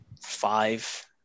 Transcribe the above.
five